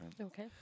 Okay